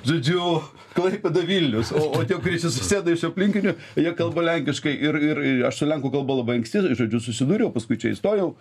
žodžiu klaipėda vilnius o o tie kurie susisėdo iš aplinkinių jie kalba lenkiškai ir ir aš su lenkų kalba labai anksti žodžiu susidūriau paskui čia įstojau